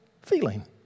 feeling